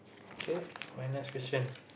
okay my last question